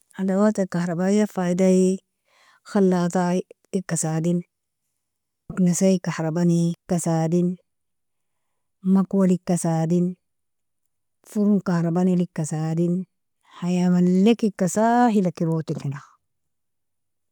ادوات الكهربائية, faydei, khalata ika sadin, maknasa kahrabani ika sadin, makwal'ika sadin, furun kahrabanil'ika sadin, haya malleka ika sahila kirote kna.